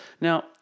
Now